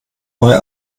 neue